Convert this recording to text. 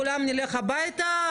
כולנו נלך הביתה.